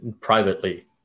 privately